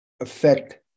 affect